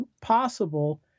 possible